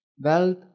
wealth